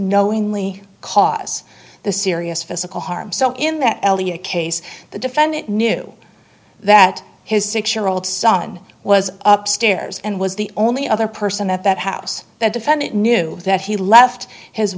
knowingly cause the serious physical harm so in that case the defendant knew that his six year old son was upstairs and was the only other person at that house that defendant knew that he left his